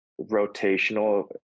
rotational